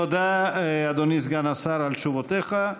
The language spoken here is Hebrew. תודה, אדוני סגן השר, על תשובותיך.